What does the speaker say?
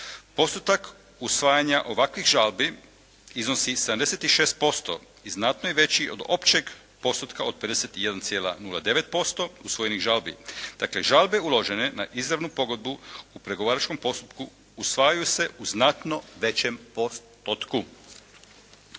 postotak usvajanja ovakvih žalbi iznosi 76% i znatno je veći od općeg postotka od 51,09% usvojenih žalbi. Dakle, žalbe uložene na izravnu pogodbu u pregovaračkom postupku usvajaju se u znatno većem postotku.